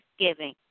thanksgiving